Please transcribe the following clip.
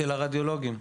של הרדיולוגים.